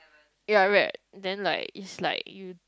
ya wait then like it's like you